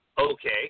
Okay